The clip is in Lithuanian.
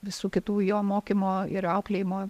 visų kitų jo mokymo ir auklėjimo